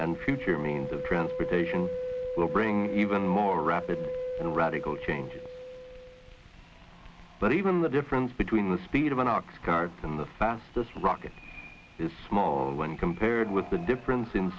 and future means of transportation will bring even more rapid radical change but even the difference between the speed of an ox cart in the fastest rocket is small when compared with the difference in